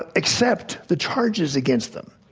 ah accept the charges against them,